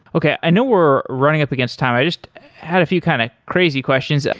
okay. i know we're running up against time. i just had a few kind of crazy questions.